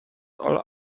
all